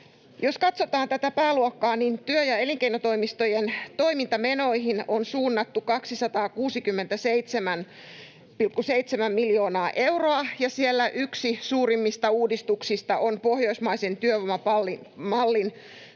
Jos katsotaan tätä pääluokkaa, niin työ‑ ja elinkeinotoimistojen toimintamenoihin on suunnattu 267,7 miljoonaa euroa, ja siellä yksi suurimmista uudistuksista on pohjoismaisen työvoimamallin